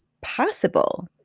possible